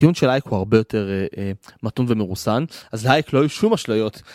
הטיעון של אייק הוא הרבה יותר מתון ומרוסן, אז לאייק לא היו שום אשליות.